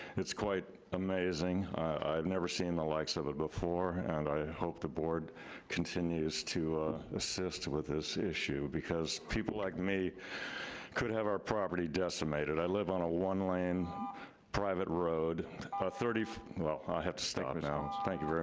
it's quite amazing. i've never seen the likes of it before, and i hope the board continues to assist with this issue, because people like me could have our property decimated. i live on a one-lane private road, a thirty, well, i have to stop now. thank you.